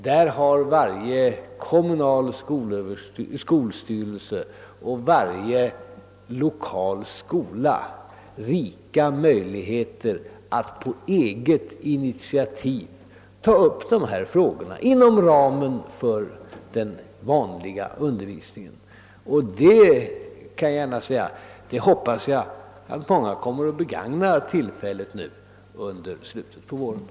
Där har varje kommunal skolstyrelse och varje lokal skola rika möjligheter att på eget initiativ ta upp frågorna inom ramen för den vanliga undervisningen. Jag hoppas också att man i många skolor kommer att begag na tillfället att göra det i slutet av vårterminen.